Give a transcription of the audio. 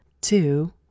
Two